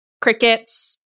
crickets